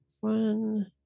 one